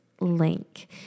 Link